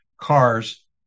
cars